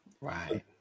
right